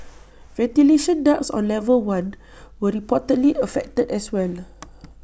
ventilation ducts on level one were reportedly affected as well